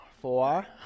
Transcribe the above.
Four